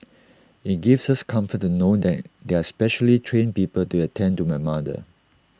IT gives us comfort to know that there are specially trained people to attend to my mother